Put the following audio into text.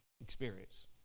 experience